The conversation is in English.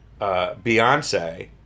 Beyonce